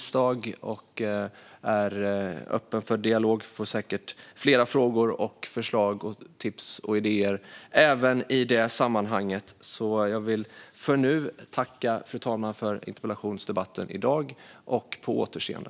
Jag är då öppen för dialog och får säkert fler frågor, förslag, tips och idéer, fru talman. Jag tackar för interpellationsdebatten. På återseende!